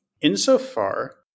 Insofar